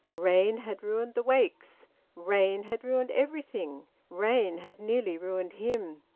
rain had ruined the wakes rain had ruined everything rain had nearly ruined him.